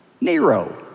Nero